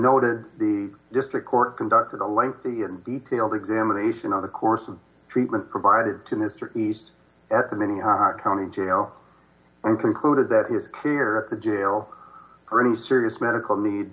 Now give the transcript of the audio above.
noted the district court conducted a lengthy and detailed examination of the course of treatment provided to mr east at the many county jail and concluded that he is here at the jail for any serious medical need